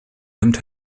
nimmt